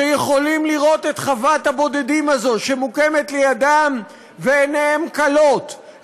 שיכולים לראות את חוות הבודדים הזאת שמוקמת לידם ועיניהם כלות,